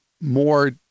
more